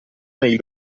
nei